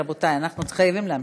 רבותי, אנחנו חייבים להמשיך.